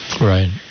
right